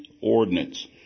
ordinance